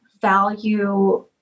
value